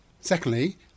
secondly